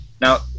Now